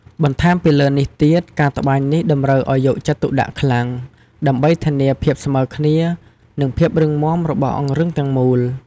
បន្ថែមពីលើនេះទៀត ការត្បាញនេះតម្រូវឲ្យយកចិត្តទុកដាក់ខ្លាំង ដើម្បីធានាភាពស្មើគ្នា និងភាពរឹងមាំរបស់អង្រឹងទាំងមូល។